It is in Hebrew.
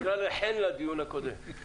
חן לדיון הקודם.